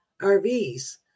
RVs